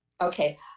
Okay